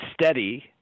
steady